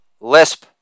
lisp